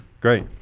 great